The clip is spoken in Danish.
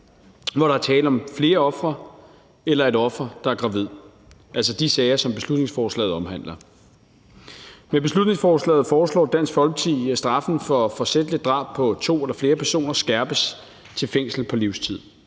hvor der er tale om flere ofre eller et offer, der er gravid, altså de sager, som beslutningsforslaget omhandler. Med beslutningsforslaget foreslår Dansk Folkeparti, at straffen for forsætligt drab på to eller flere personer skærpes til fængsel på livstid.